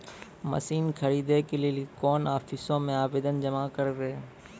Machine खरीदै के लेली कोन आफिसों मे आवेदन जमा करवै?